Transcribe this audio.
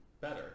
better